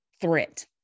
threat